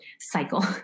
cycle